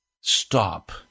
Stop